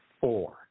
four